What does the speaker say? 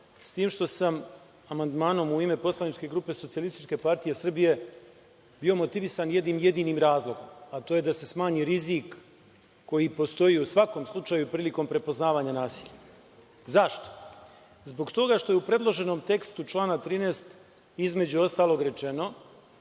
s tim što sam amandmanom u ime poslaničke grupe SPS bio motivisan jednim jedinim razlogom, a to je da se smanji rizik koji postoji u svakom slučaju prilikom prepoznavanja nasilja. Zašto? Zbog toga što je u predloženom tekstu člana 13, između ostalog, rečeno